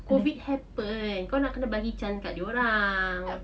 COVID happened kau nak kena bagi chance dekat dorang